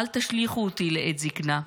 אל תשליכו אותי לעת זקנה.